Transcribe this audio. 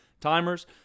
timers